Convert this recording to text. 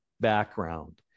background